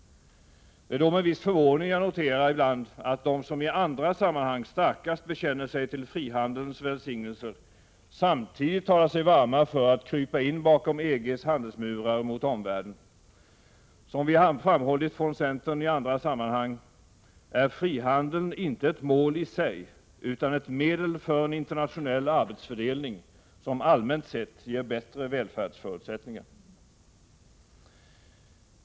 Det är med viss förvåning jag ibland noterar att de som i andra sammanhang starkast bekänner sig till frihandelns välsignelser samtidigt talar sig varma för att krypa in bakom EG:s handelsmurar mot omvärlden. Som vi framhållit från centern i andra sammanhang är frihandeln inte ett mål isig utan ett medel för en internationell arbetsfördelning som allmänt sett ger bättre välfärdsförutsättningar.